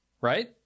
Right